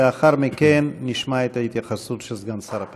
לאחר מכן נשמע את ההתייחסות של סגן שר הפנים.